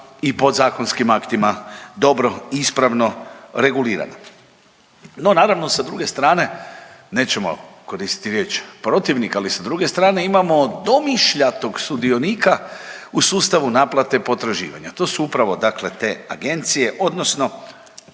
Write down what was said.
i podzakonskim aktima dobro, ispravno regulirano. No naravno sa druge strane nećemo koristiti riječ protivnik, ali sa druge strane imamo domišljatog sudionika u sustavu naplate potraživanja, to su upravo dakle te agencije odnosno